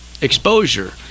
exposure